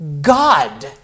God